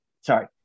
sorry